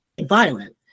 violent